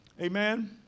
Amen